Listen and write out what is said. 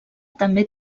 també